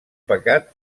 pecat